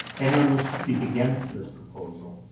anyone wish to speak against this proposal?